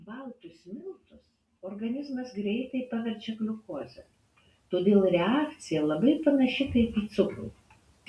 baltus miltus organizmas greitai paverčia gliukoze todėl reakcija labai panaši kaip į cukrų